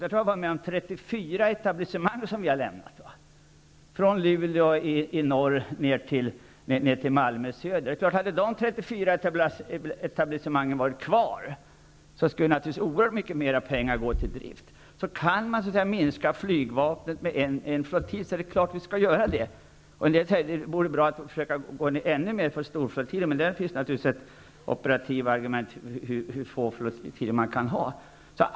Jag tror att jag har varit med om att vi har lämnat 34 etablissemang -- från etablissemangen varit kvar, skulle naturligtvis oerhört mycket mer pengar gå till drift. Kan man minska flygvapnet med en flottilj, så är det klart att vi skall göra det. En del säger att det vore bra att i ännu högre grad försöka gå ifrån storflottiljer, men det finns naturligtvis operativa argument för hur få flottiljer man kan ha.